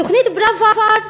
תוכנית פראוור,